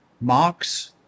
Marx